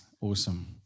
Awesome